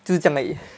就是这样而已